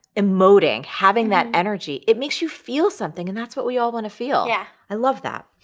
emoting, having that energy it makes you feel something and that's what we all want to feel. yeah i love that.